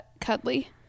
Cuddly